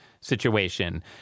situation